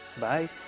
Bye